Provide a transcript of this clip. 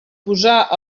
posar